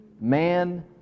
Man